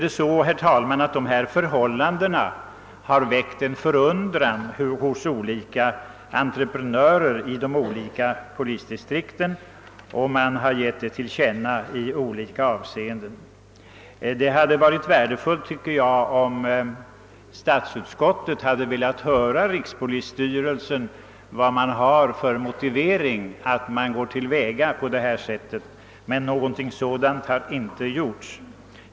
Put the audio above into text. De rådande förhållandena har väckt förundran, herr talman, hos olika entreprenörer i de olika polisdistrikten, och detta har getts till känna på olika sätt. Det hade varit värdefullt, tycker jag, om statsutskottet hade velat höra vilken motivering rikspolisstyrelsen har för att gå till väga på detta sätt, men någonting sådant har inte gjorts.